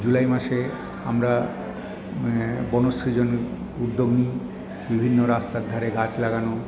জুলাই মাসে আমরা বনসৃজনের উদ্যোগ নিই বিভিন্ন রাস্তার ধারে গাছ লাগানো